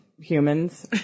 humans